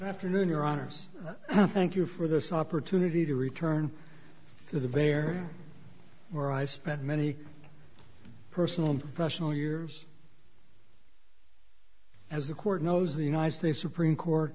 afternoon your honors i thank you for this opportunity to return to the very where i spent many personal and professional years as the court knows the united states supreme court